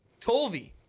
tolvi